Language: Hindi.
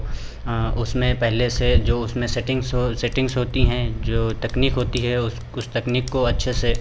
उसमें पहले से जो उसमें सेटिंग्स हो सेटिंग्स होती हैं जो तकनीक होती है उस उस तकनीक को अच्छे से